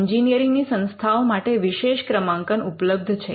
engineering ની સંસ્થાઓ માટે વિશેષ ક્રમાંકન ઉપલબ્ધ છે